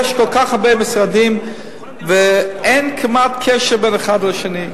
יש כל כך הרבה משרדים ואין כמעט קשר בין אחד לשני,